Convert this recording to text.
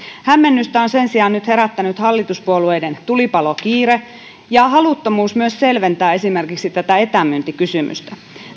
hämmennystä on sen sijaan nyt herättänyt hallituspuolueiden tulipalokiire ja haluttomuus myös selventää esimerkiksi tätä etämyyntikysymystä